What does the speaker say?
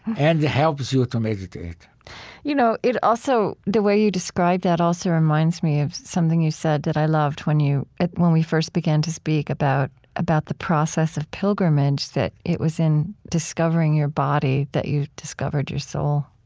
and it helps you to meditate you know it also the way you describe that also reminds me of something you said that i loved when you when we first began to speak about about the process of pilgrimage, that it was in discovering your body that you discovered your soul